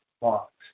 box